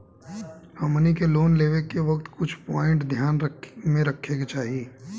हमनी के लोन लेवे के वक्त कुछ प्वाइंट ध्यान में रखे के चाही